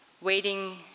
waiting